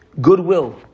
Goodwill